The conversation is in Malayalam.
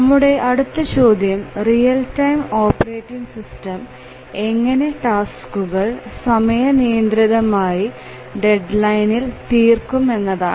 നമ്മുടെ അടുത്ത ചോദ്യം റിയൽ ടൈം ഓപ്പറേറ്റിങ് സിസ്റ്റം എങ്ങനെ ടാസ്കുകൾ സമയം നിയന്ത്രിതമായി ഡെഡ്ലൈനിൽ തീർക്കും എന്നതാണ്